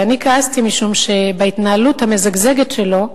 אני כעסתי, משום שבהתנהלות המזגזגת שלו,